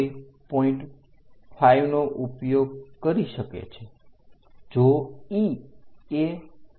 5 નો પણ ઉપયોગ કરી શકે છે